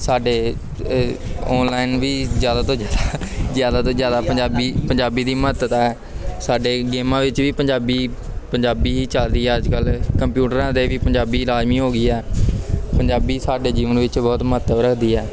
ਸਾਡੇ ਔਨਲਾਈਨ ਵੀ ਜ਼ਿਆਦਾ ਤੋਂ ਜ਼ਿਆਦਾ ਤੋਂ ਜ਼ਿਆਦਾ ਪੰਜਾਬੀ ਪੰਜਾਬੀ ਦੀ ਮਹੱਤਤਾ ਹੈ ਸਾਡੇ ਗੇਮਾਂ ਵਿੱਚ ਵੀ ਪੰਜਾਬੀ ਪੰਜਾਬੀ ਹੀ ਚੱਲਦੀ ਹੈ ਅੱਜ ਕੱਲ੍ਹ ਕੰਪਿਊਟਰਾਂ 'ਤੇ ਵੀ ਪੰਜਾਬੀ ਲਾਜ਼ਮੀ ਹੋ ਗਈ ਹੈ ਪੰਜਾਬੀ ਸਾਡੇ ਜੀਵਨ ਵਿੱਚ ਬਹੁਤ ਮਹੱਤਵ ਰੱਖਦੀ ਹੈ